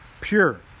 pure